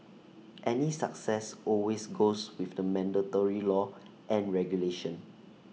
any success always goes with the mandatory law and regulation